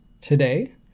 today